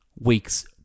weeks